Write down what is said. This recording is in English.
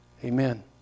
Amen